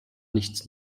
nichts